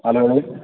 hello ಹೇಳಿ